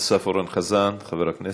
אסף אורן חזן, חבר הכנסת,